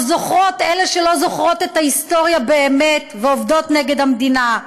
או "זוכרות" אלה שלא זוכרות את ההיסטוריה באמת ועובדות נגד המדינה,